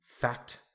fact